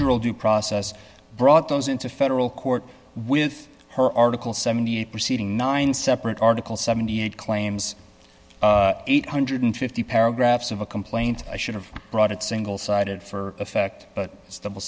due process brought those into federal court with her article seventy eight proceeding nine separate article seventy eight claims eight hundred and fifty paragraphs of a complaint i should have brought it single sided for effect but